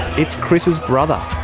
it's chris's brother,